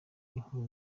inkuru